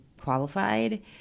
qualified